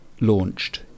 launched